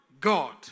God